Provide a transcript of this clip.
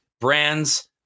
brands